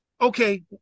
Okay